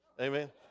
Amen